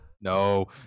No